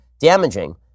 damaging